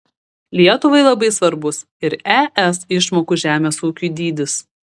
lietuvai labai svarbus ir es išmokų žemės ūkiui dydis